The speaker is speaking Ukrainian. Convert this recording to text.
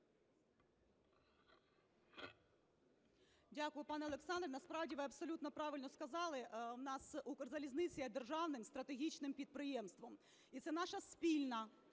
Дякую, пане Олександре. Насправді ви абсолютно правильно сказали, у нас Укрзалізниця є державним стратегічним підприємством, і це наша спільна